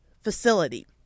facility